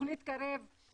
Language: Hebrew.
תכנית קרב,